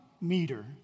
meter